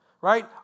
Right